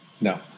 No